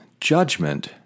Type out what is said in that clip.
judgment